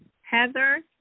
Heather